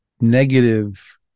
negative